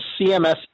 CMS